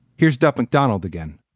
here's duff mcdonald again